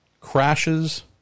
crashes